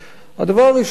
הדבר הראשון הוא,